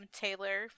taylor